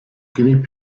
guinea